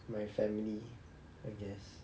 my family I guess